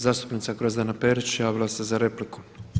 Zastupnica Grozdana Perić, javila se za repliku.